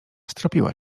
stropiła